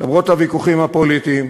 למרות הוויכוחים הפוליטיים: